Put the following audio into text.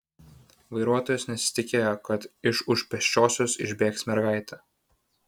vairuotojas nesitikėjo kad iš už pėsčiosios išbėgs mergaitė